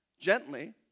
gently